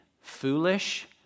foolish